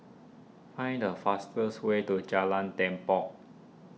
find the fastest way to Jalan Tepong